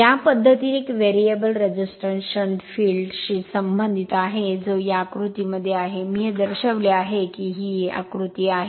या पद्धतीत एक व्हेरिएबल रेसिस्टन्स शंट फील्ड शी संबंधित आहे जो या आकृतीमध्ये आहे मी हे दर्शविले आहे की हे आकृती आहे